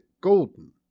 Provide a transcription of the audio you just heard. golden